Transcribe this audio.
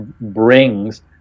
brings